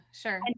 sure